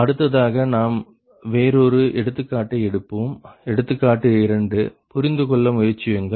அடுத்ததாக நாம் வேறொரு எடுத்துக்காட்டை எடுப்போம் எடுத்துக்காட்டு 2 புரிந்துகொள்ள முயற்சியுங்கள்